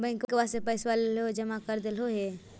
बैंकवा से पैसवा लेलहो है जमा कर देलहो हे?